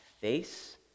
face